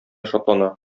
шатлана